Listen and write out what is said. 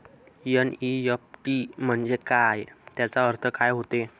NEFT म्हंजे काय, त्याचा अर्थ काय होते?